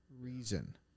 reason